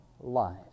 life